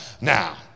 now